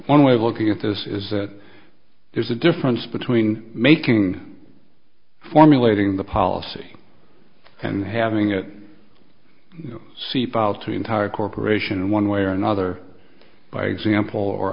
one way of looking at this is that there's a difference between making formulating the policy and having a c files to empower a corporation one way or another by example or